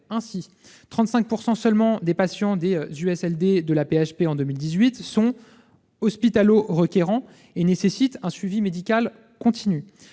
Ainsi, 35 % seulement des patients des USLD de l'AP-HP en 2018 sont « hospitalo-requérants » et nécessitent un suivi médical continu.